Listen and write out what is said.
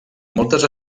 moltes